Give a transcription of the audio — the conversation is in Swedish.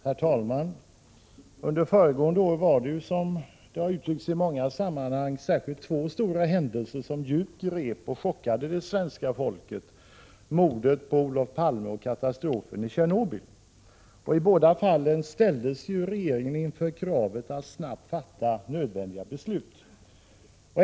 Herr talman! Under föregående år var det, som det har uttryckts i många sammanhang, särskilt två stora händelser som djupt grep och chockade det svenska folket: mordet på Olof Palme och katastrofen i Tjernobyl. I båda fallen ställdes regeringen inför kravet att snabbt fatta nödvändiga beslut.